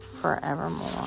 forevermore